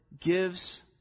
gives